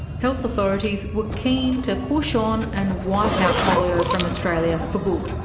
health authorities were keen to push on and wipe out polio from australia for good,